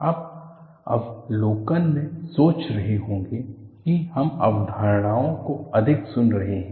आप अवलोकन में सोच रहे होंगे कि हम अवधारणाओं को अधिक सुन रहे हैं